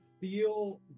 feel